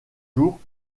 jours